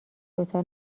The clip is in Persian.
دوتا